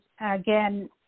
again